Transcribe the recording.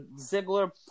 Ziggler